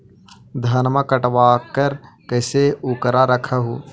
धनमा कटबाकार कैसे उकरा रख हू?